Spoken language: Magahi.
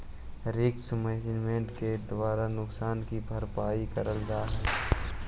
रिस्क मैनेजमेंट के द्वारा नुकसान की भरपाई करल जा हई